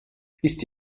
ist